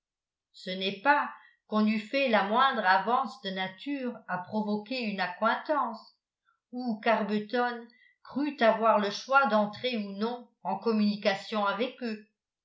ce n'est pas qu'on eût fait la moindre avance de nature à provoquer une accointance ou qu'arbuton crût avoir le choix d'entrer ou non en communication avec eux